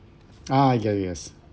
ah yes yes